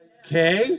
Okay